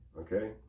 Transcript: Okay